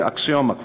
זו אקסיומה כבר.